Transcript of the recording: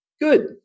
Good